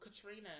Katrina